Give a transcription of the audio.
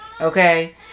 Okay